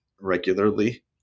regularly